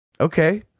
okay